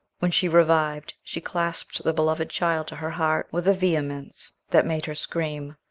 when she revived, she clasped the beloved child to her heart with a vehemence that made her scream.